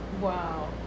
Wow